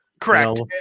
Correct